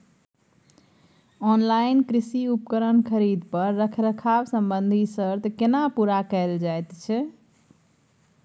Online कृषि उपकरण खरीद पर रखरखाव संबंधी सर्त केना पूरा कैल जायत छै?